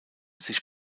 sich